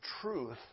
truth